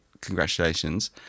congratulations